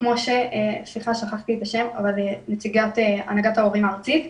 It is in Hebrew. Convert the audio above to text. כמו שנציגת הנהגת ההורים הארצית אמרה,